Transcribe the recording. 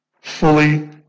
fully